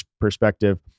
perspective